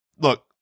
Look